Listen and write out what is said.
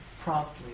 promptly